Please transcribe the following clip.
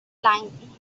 line